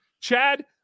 Chad